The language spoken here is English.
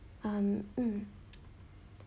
um mm